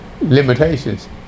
limitations